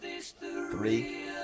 Three